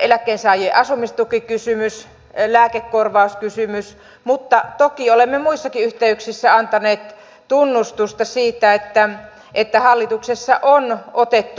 eläkkeensaajien asumistukikysymys lääkekorvauskysymys mutta toki olemme muissakin yhteyksissä antaneet tunnustusta siitä että että hallituksessa on otettu